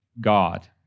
God